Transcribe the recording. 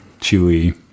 chewy